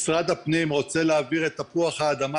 משרד הפנים רוצה להעביר את תפוח האדמה